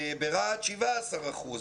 ברהט, 17 אחוזים.